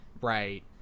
right